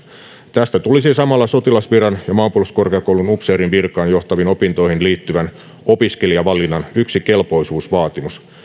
tästä tulisi samalla sotilasviran ja maanpuolustuskorkeakoulun upseerin virkaan johtaviin opintoihin liittyvän opiskelijavalinnan yksi kelpoisuusvaatimus